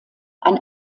ein